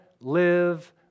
live